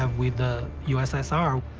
ah with the ussr.